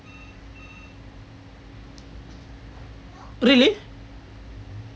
really